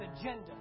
agenda